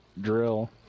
drill